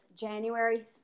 January